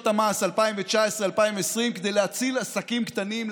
המס 2019 ו-2020 כדי להציל עסקים קטנים,